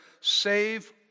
save